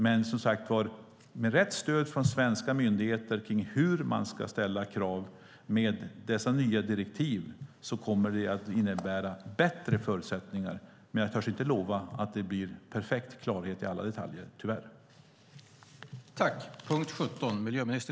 Men rätt stöd från svenska myndigheter för hur man ska ställa krav utifrån dessa nya direktiv kommer att innebära bättre förutsättningar, men jag törs inte lova att det blir perfekt klarhet i alla detaljer, tyvärr.